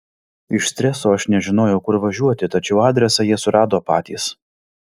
iš streso aš nežinojau kur važiuoti tačiau adresą jie surado patys